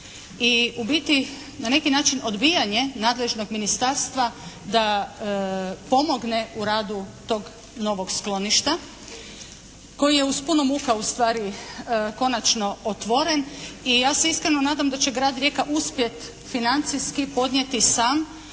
I u biti na neki način odbijanje nadležnog ministarstva da pomogne u radu tog novog skloništa koji je uz puno muka ustvari konačno otvoren. I ja se iskreno nadam da će Grad Rijeka uspjeti financijski podnijeti sam